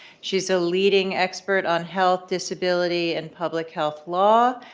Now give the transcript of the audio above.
she's a leading expert on health disability and public health law.